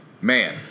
Man